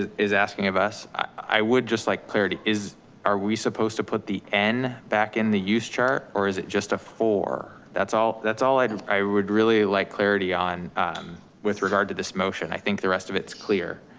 is asking of us. i would just like clarity, are we supposed to put the n back in the use chart or is it just a four? that's all that's all i i would really like clarity on with regard to this motion. i think the rest of it's clear.